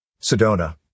Sedona